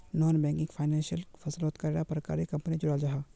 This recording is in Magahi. नॉन बैंकिंग फाइनेंशियल फसलोत कैडा प्रकारेर कंपनी जुराल जाहा?